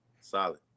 Solid